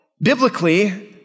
biblically